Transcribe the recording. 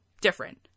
different